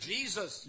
Jesus